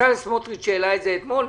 בצלאל סמוטריץ' העלה את זה אתמול,